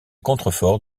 contreforts